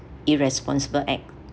irresponsible act